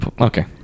okay